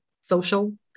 social